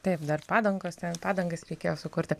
taip dar padangos ten padangas reikėjo sukurti